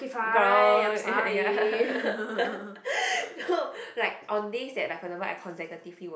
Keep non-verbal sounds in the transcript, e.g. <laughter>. girl ya <laughs> no like on these like for example I consecutively work